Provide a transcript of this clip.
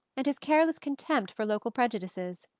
and his careless contempt for local prejudices.